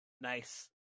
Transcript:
Nice